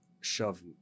shove